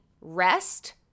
rest